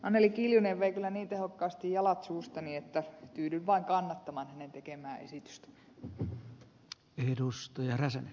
anneli kiljunen vei kyllä niin tehokkaasti jalat suustani että tyydyn vain kannattamaan hänen tekemäänsä esitystä